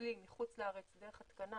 נוזלי מחוץ לארץ דרך התקנה